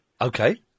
Okay